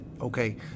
okay